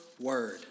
word